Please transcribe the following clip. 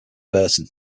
burton